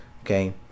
okay